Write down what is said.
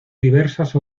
diversas